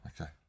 Okay